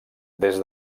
des